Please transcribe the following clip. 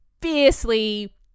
fiercely